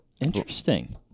Interesting